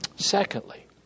Secondly